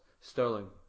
Sterling